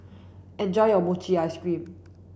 enjoy your Mochi Ice Cream